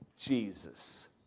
Jesus